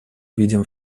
видим